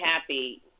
happy